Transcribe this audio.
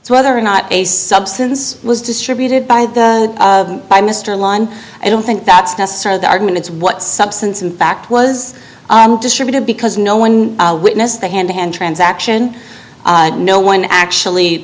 to whether or not a substance was distributed by the by mr line i don't think that's necessarily the argument it's what substance in fact was distributed because no one witness the hand to hand transaction no one actually